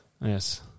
Yes